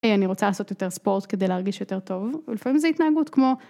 אני רוצה לעשות יותר ספורט כדי להרגיש יותר טוב ולפעמים זו התנהגות כמו.